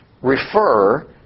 refer